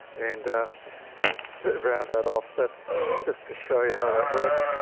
and then so round that off that's just to show you how that works.